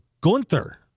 Gunther